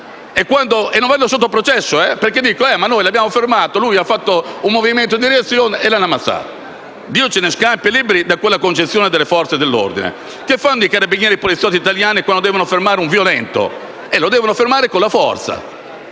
E non vanno mica sotto processo, perché dichiarano che l'hanno fermato, ha fatto un movimento di reazione e l'hanno ammazzato. Dio ce ne scampi e liberi da quella concezione delle Forze dell'ordine. Che fanno i carabinieri e i poliziotti italiani quando devono fermare un violento? Lo devono fermare con la forza,